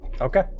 Okay